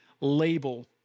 label